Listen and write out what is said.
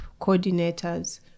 coordinators